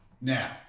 Now